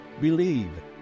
believe